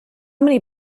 many